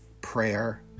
prayer